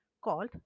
called